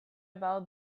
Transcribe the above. about